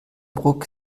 ruck